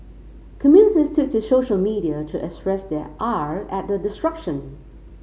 commuters took to social media to express their ire at the disruption